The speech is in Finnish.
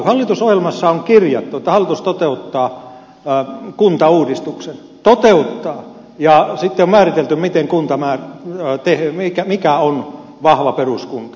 hallitusohjelmassa on kirjattu että hallitus toteuttaa kuntauudistuksen toteuttaa ja sitten on määritelty miten kun tämä termi ja mikä on vahva peruskunta